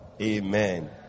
Amen